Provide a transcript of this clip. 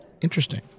interesting